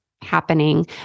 happening